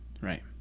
Right